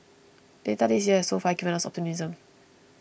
data this year has so far given us optimism